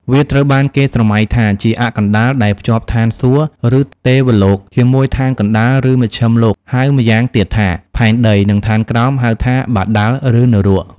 វាត្រូវបានគេស្រមៃថាជា "អ័ក្សកណ្តាល" ដែលភ្ជាប់ឋានសួគ៌ ឬ ទេវលោក ជាមួយឋានកណ្តាល ឬ មជ្ឈិមលោក ហៅម៉្យាងទៀតថា ផែនដី និងឋានក្រោម ហៅថា បាតាល ឬនរក។